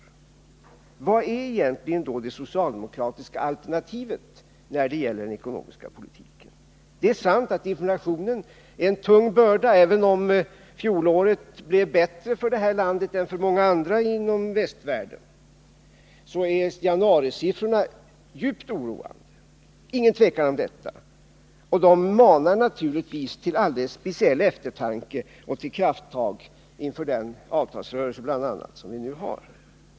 Vad är egentligen då det socialdemokratiska alternativet när det gäller den ekonomiska politiken? Det är sant att inflationen är en tung börda. Även om fjolåret blev bättre för vårt land än för många andra länder inom västvärlden, är januarisiffrorna djupt oroande — det är inget tvivel om det — och de manar naturligtvis till speciell eftertanke och till krafttag inför bl.a. den avtalsrörelse som vi nu har.